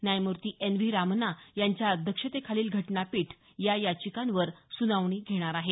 न्यायमूर्ती N V Ramana यांच्या अध्यक्षतेखालील घटनापीठ या याचिकांवर सुनावणी घेणार आहे